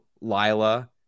Lila